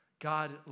God